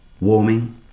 warming